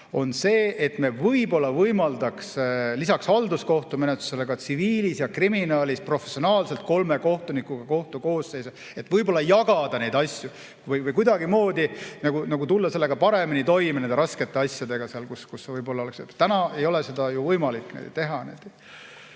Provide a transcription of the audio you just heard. on see, et me võiks võimaldada lisaks halduskohtumenetlusele ka tsiviilis ja kriminaalis professionaalselt kolme kohtunikuga kohtukoosseise, et võib-olla jagada neid asju või kuidagimoodi tulla paremini toime nende raskete asjadega. Täna ei ole seda ju võimalik teha.